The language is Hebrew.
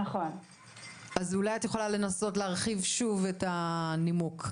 אולי תוכלי להרחיב שוב את הנימוק,